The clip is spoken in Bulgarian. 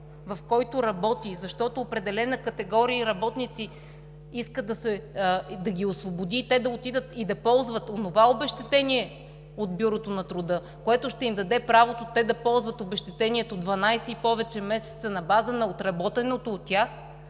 в който работи, защото определена категория работници искат да ги освободи и те да отидат и да ползват онова обезщетение от бюрото на труда, което ще им даде правото те да ползват обезщетението 12 и повече месеца, на база на отработеното от тях,